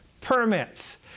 permits